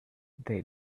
they